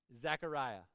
Zechariah